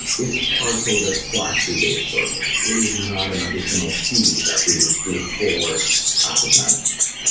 it's part of this flat fee based service. it is not an additional fee that we would do for asset management.